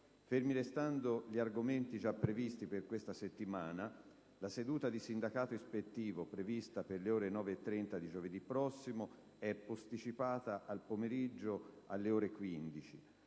Fermi restando gli argomenti già previsti per questa settimana, la seduta di sindacato ispettivo, già prevista per le ore 9,30 di giovedì, è posticipata alle ore 15.